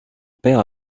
père